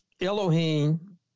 Elohim